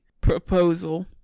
proposal